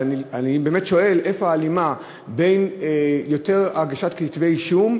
ואני באמת שואל איפה ההלימה בין הגשת יותר כתבי-אישום,